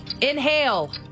Inhale